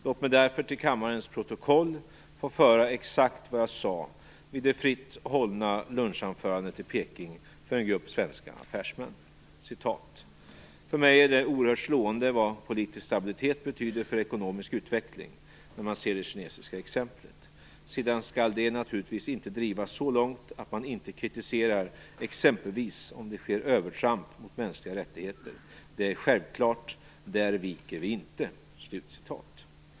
Låt mig därför till kammarens protokoll få föra exakt vad jag sade vid det fritt hållna lunchanförandet i Peking för en grupp svenska affärsmän: "För mig är det oerhört slående vad politisk stabilitet betyder för ekonomisk utveckling när man ser det kinesiska exemplet. Sedan skall det naturligtvis inte drivas så långt att man inte kritiserar exempelvis om det sker övertramp mot mänskliga rättigheter. Det är självklart. Där viker vi inte."